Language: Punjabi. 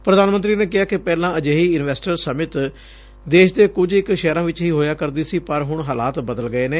ਪ੍ਧਾਨ ਮੰਤਰੀ ਨੇ ਕਿਹਾ ਕਿ ਪਹਿਲਾਂ ਅਜਿਹੀ ਇਨਵੈਸਟਰ ਸਮਿਟ ਦੇਸ਼ ਦੇ ਕੁਝ ਇਕ ਸ਼ਹਿਰਾਂ ਵਿਚ ਹੀ ਹੋਇਆ ਕਰਦੀ ਸੀ ਪਰ ਹੁਣ ਹਾਲਾਤ ਬਦਲ ਗਏ ਨੇ